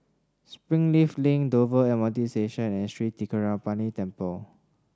Springleaf Link Dover M R T Station and Sri Thendayuthapani Temple